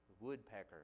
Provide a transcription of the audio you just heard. Woodpecker